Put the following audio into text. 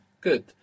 Good